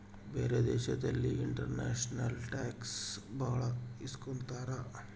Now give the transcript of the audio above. ಬೇರೆ ದೇಶದಲ್ಲಿ international tax ಭಾಳ ಇಸ್ಕೊತಾರ